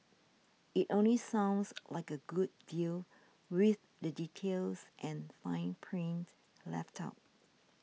it only sounds like a good deal with the details and fine print left out